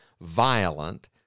violent